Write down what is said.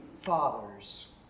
Father's